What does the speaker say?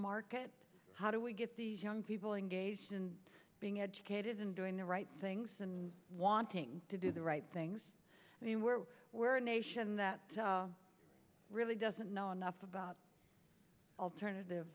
market how do we get the young people engaged and being educated in doing the right things and wanting to do the right things and where we're nation that really doesn't know enough about alternative